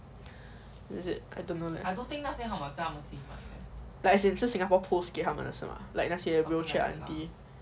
is it I don't know leh like as in 是 singapore pools 给他们的是吗 like 那些 wheelchair auntie